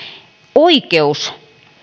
oikeus